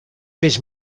peix